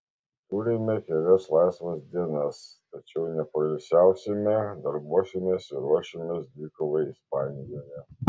turime kelias laisvas dienas tačiau nepoilsiausime darbuosimės ir ruošimės dvikovai ispanijoje